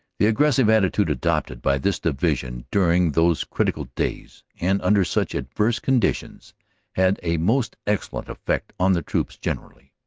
the aggressive attitude adopted by this divi sion during those critical days and under such adverse con ditions had a most excellent effect on the troops generally,